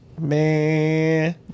Man